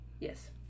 Yes